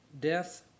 Death